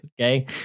Okay